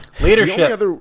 Leadership